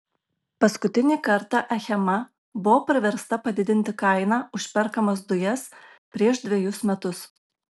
paskutinį kartą achema buvo priversta padidinti kainą už perkamas dujas prieš dvejus metus